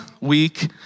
week